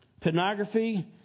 pornography